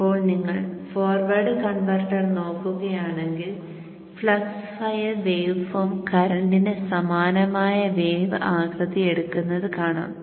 ഇപ്പോൾ നിങ്ങൾ forward converter നോക്കുകയാണെങ്കിൽ ഫ്ലക്സ് ഫയൽ വേവ് ഫോം കറന്റിന് സമാനമായ വേവ് ആകൃതി എടുക്കുന്നത് കാണാം